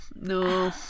no